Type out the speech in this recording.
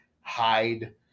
hide